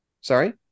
sorry